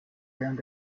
während